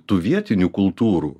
tų vietinių kultūrų